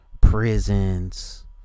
prisons